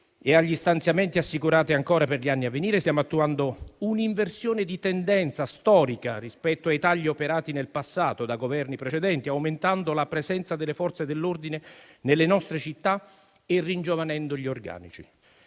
e agli stanziamenti assicurati ancora per gli anni a venire. Stiamo attuando un'inversione di tendenza storica rispetto ai tagli operati nel passato da Governi precedenti, aumentando la presenza delle Forze dell'ordine nelle nostre città e ringiovanendo gli organici.